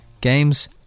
games